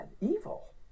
evil